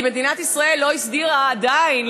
כי מדינת ישראל לא הסדירה עדיין,